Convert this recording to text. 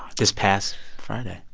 this past friday?